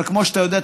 אבל כמו שאתה יודע,